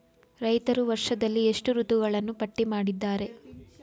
ರೈತರು ವರ್ಷದಲ್ಲಿ ಎಷ್ಟು ಋತುಗಳನ್ನು ಪಟ್ಟಿ ಮಾಡಿದ್ದಾರೆ?